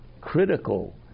critical